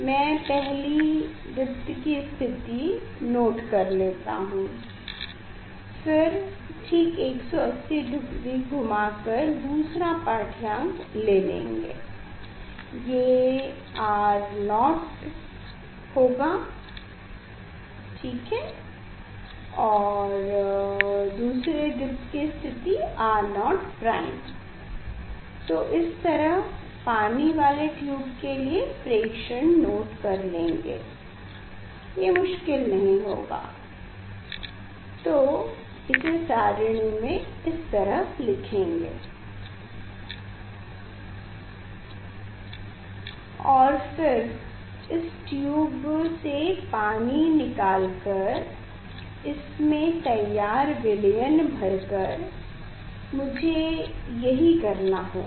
मैं पहली दीप्त की स्थिति नोट कर लेता हूँ फिर ठीक 180डिग्री घुमा कर दूसरा पाढ्यांक ले लेंगे ये R0 होगा ठीक और दूसरे दीप्त की स्थिति R0' तो इस तरह पानी वाले ट्यूब के लिए ये प्रेक्षण नोट कर लेंगे ये मुश्किल नहीं होगा तो इसे सारिणि में इस तरह लिखेंगे और फिर इस ट्यूब से पानी निकाल कर इसमे तैयार विलयन भरकर मुझे यही करना होगा